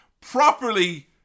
properly